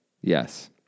Yes